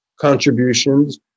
contributions